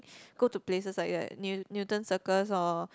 go to places like that new~ Newton Circus or